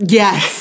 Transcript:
yes